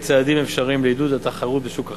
צעדים אפשריים לעידוד התחרות בשוק החלב,